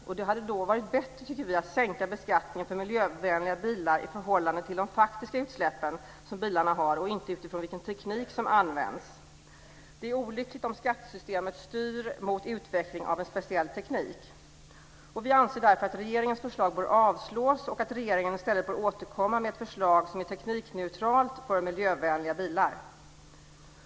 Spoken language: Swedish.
Det hade varit bättre, tycker vi, att sänka beskattningen för miljövänliga bilar i förhållande till de faktiska utsläpp som bilarna har och inte utifrån vilken teknik som används. Det är olyckligt om skattesystemet styr mot utveckling av en speciell teknik. Vi anser därför att regeringens förslag bör avslås och att regeringen i stället bör återkomma med ett förslag som är teknikneutralt för miljövänliga bilar.